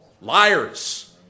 Liars